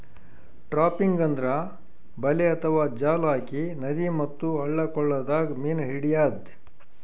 trapping ಅಂದ್ರ ಬಲೆ ಅಥವಾ ಜಾಲ್ ಹಾಕಿ ನದಿ ಮತ್ತ್ ಹಳ್ಳ ಕೊಳ್ಳದಾಗ್ ಮೀನ್ ಹಿಡ್ಯದ್